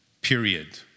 Period